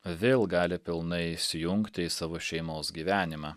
vėl gali pilnai įsijungti į savo šeimos gyvenimą